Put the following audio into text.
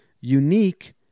unique